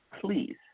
Please